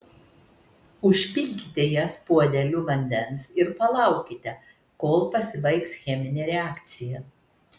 užpilkite jas puodeliu vandens ir palaukite kol pasibaigs cheminė reakcija